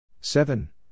Seven